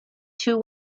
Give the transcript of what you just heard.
two